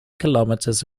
kilometres